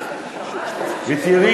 עכשיו, תראו עוד דבר.